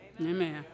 Amen